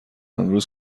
امروز